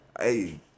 Hey